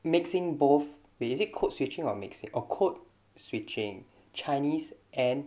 mixing both wait is it codeswitching or mixing it oh codeswitching chinese and